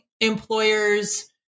employers